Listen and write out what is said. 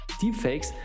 deepfakes